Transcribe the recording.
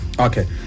Okay